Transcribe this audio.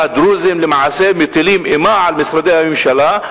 שהדרוזים למעשה מטילים אימה על משרדי הממשלה.